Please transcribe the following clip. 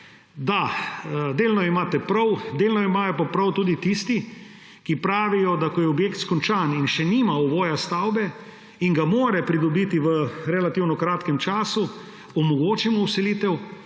Da, delno imate prav, delno imajo pa prav tudi tisti, ki pravijo, da ko je objekt končan in še nima ovoja stavbe in ga mora pridobiti v relativno kratkem času, omogočimo vselitev.